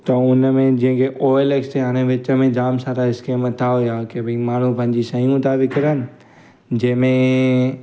त उन में जंहिंखें ओ एल एक्स ते हाणे विच में जाम सारा स्कीम हितां हुआ की भई माण्हू पंहिंजी शयूं था विकिणनि जंहिंमें